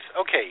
okay